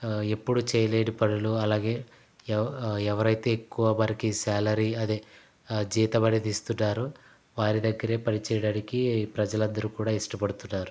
ఎప్పుడు చేయలేని పనులు అలాగే ఎవ ఎవరైతే ఎక్కువ మనకి శాలరీ అదే జీతమనేది ఇస్తున్నారో వారి దగ్గరే పని చేయడానికి ప్రజలందరు కూడా ఇష్టపడుతున్నారు